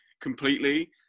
completely